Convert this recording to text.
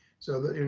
so the, and